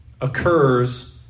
occurs